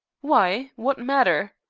why what matter?